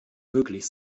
möglich